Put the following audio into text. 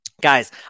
guys